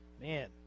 man